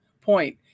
point